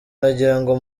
nagirango